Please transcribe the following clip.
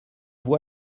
voix